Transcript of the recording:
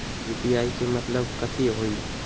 UPI के मतलब कथी होई?